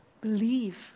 believe